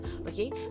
okay